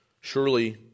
Surely